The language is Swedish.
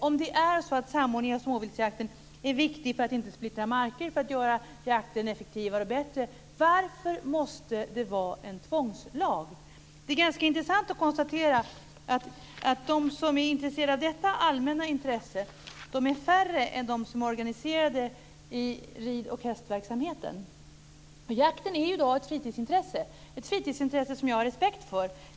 Om samordning av småviltsjakten är viktig för att inte splittra marker och för att göra jakten effektivare och bättre - varför måste det vara en tvångslag? Det är ganska intressant att konstatera att de som är intresserade av detta allmänna intresse är färre än dem som är organiserade i rid och hästverksamheten. Jakten är i dag ett fritidsintresse - ett fritidsintresse som jag har respekt för.